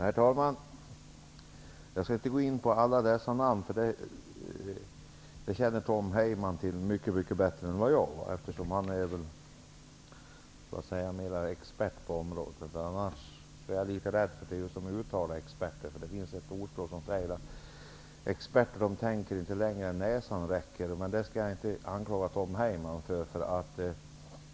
Herr talman! Jag skall inte gå in på alla dessa namn, för dem känner Tom Heyman till mycket bättre än vad jag gör. Han är mer expert på området. Det finns ett ordspråk som säger att experter inte tänker längre än vad näsan räcker, men det skall jag inte anklaga Tom Heyman för.